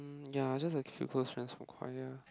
ya just a few close friends from choir